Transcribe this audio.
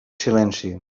silenci